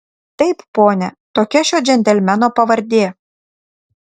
taip pone tokia šio džentelmeno pavardė